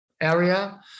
area